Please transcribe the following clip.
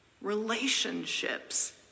Relationships